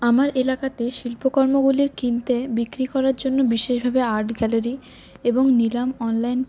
আমার এলাকাতে শিল্পকর্মগুলির কিনতে বিক্রি করার জন্য বিশেষভাবে আর্ট গ্যালারি এবং নিলাম অনলাইন